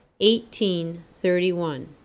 1831